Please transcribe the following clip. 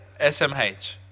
SMH